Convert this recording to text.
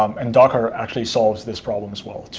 um and docker actually solves this problem as well,